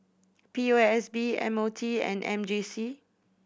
P O S B M O T and M J C